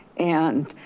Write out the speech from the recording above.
and